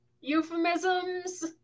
euphemisms